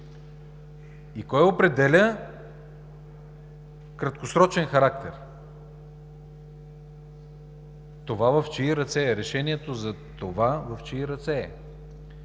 И кой определя краткосрочен характер? Това в чии ръце е? Решението за това в чии ръце е?